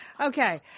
Okay